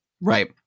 right